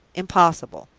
impossible!